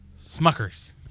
Smuckers